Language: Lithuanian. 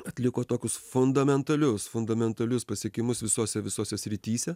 atliko tokius fundamentalius fundamentalius pasiekimus visose visose srityse